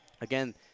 Again